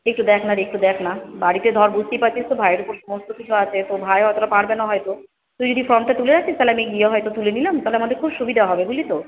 একটু দেখ না রে একটু দেখ না বাড়িতে ধর বুঝতেই পারছিস তো ভাইয়ের উপর সমস্ত কিছু আছে তো ভাই অতোটা পারবে না হয়তো তুই যদি ফর্মটা তুলে আসিস তাহলে আমি গিয়ে হয়তো তুলে নিলাম তাহলে আমাদের খুব সুবিধা হবে বুঝলি তো